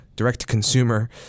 direct-to-consumer